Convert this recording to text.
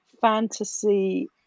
fantasy